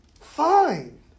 fine